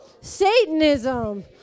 Satanism